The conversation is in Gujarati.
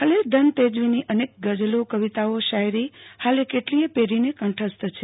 ખલીલ ધનતેજવીની અનેક ગઝલોકવિતાઓશાયરી હાલે કેટલીય પેઢીને કંઠસ્થ છે